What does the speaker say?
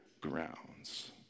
grounds